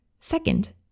Second